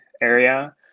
area